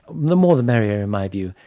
the more the merrier, in my view.